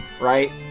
right